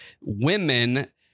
Women